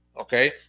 okay